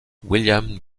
william